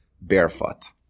barefoot